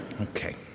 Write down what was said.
Okay